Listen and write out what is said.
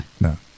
No